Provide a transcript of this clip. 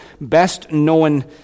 best-known